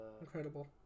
Incredible